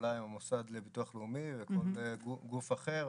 פעולה עם המוסד לביטוח לאומי וכל גוף אחר,